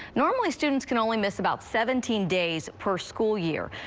normally, students can only miss about seventeen days per school year.